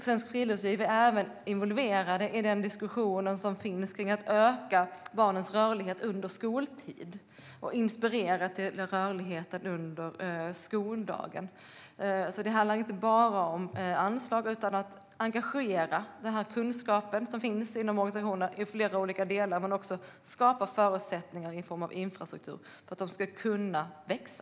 Svenskt Friluftsliv är även involverat i den diskussion som förs kring att öka barnens rörlighet under skoltid och inspirera till rörligheten under skoldagen. Det handlar inte bara om anslag utan även om att engagera den kunskap som finns inom organisationen i flera olika delar men också skapa förutsättningar i form av infrastruktur för att man ska kunna växa.